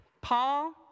Paul